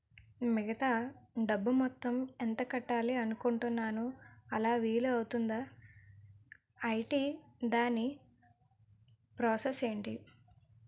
మిగతా డబ్బు మొత్తం ఎంత కట్టాలి అనుకుంటున్నాను అలా వీలు అవ్తుంధా? ఐటీ దాని ప్రాసెస్ ఎంటి?